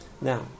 Now